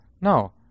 No